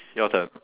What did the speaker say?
your turn